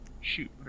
shoot